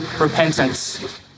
repentance